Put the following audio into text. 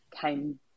came